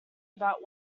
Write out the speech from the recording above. about